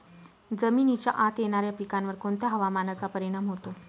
जमिनीच्या आत येणाऱ्या पिकांवर कोणत्या हवामानाचा परिणाम होतो?